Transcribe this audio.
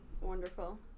wonderful